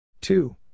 Two